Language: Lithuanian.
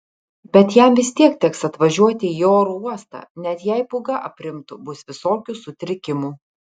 bet jam vis tiek teks atvažiuoti į oro uostą net jei pūga aprimtų bus visokių sutrikimų